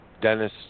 Dennis